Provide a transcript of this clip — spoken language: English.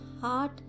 heart